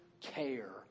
care